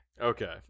Okay